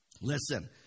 Listen